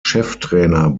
cheftrainer